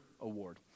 award